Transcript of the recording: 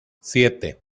siete